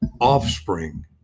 offspring